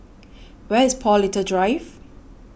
where is Paul Little Drive